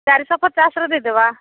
ଚାରି ଶହ ପଚାଶରେ ଦେଇ ଦେବା